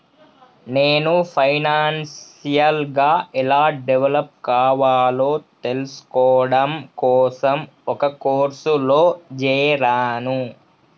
నేను ఫైనాన్షియల్ గా ఎలా డెవలప్ కావాలో తెల్సుకోడం కోసం ఒక కోర్సులో జేరాను